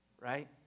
right